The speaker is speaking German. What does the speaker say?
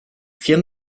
vier